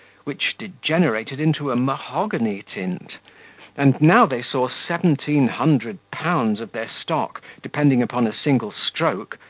which degenerated into a mahogany tint and now they saw seventeen hundred pounds of their stock depending upon a single stroke,